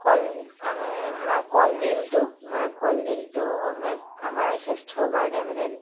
কল আমি আমাৰ কলডিলটো আমাৰ কলদিলটো আমাৰ আমাৰ স্বাস্থ্যৰ কাৰণে মানে